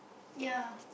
yeah